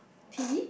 t_v